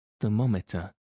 Thermometer